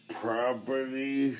property